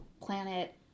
planet